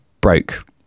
broke